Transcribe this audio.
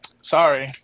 sorry